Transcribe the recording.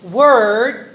word